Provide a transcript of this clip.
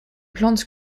plantes